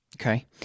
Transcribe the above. Okay